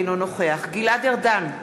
אינו נוכח גלעד ארדן,